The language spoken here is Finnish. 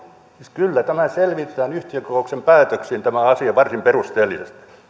kyllä tämä asia selvitetään yhtiökokouksen päätöksin varsin perusteellisesti